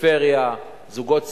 פריפריה, זוגות צעירים,